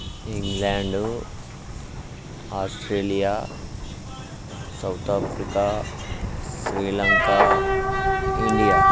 England Australia South Africa sri lank India